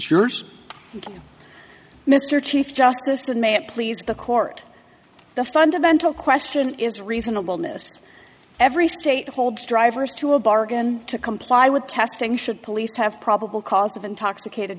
yours mr chief justice and may it please the court the fundamental question is reasonable mr every state holds drivers to a bargain to comply with testing should police have probable cause of intoxicated